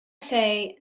say